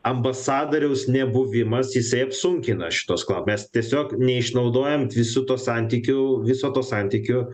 ambasadoriaus nebuvimas jisai apsunkina šituos kla mes tiesiog neišnaudojam visų to santykių viso to santykių